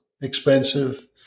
expensive